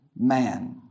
man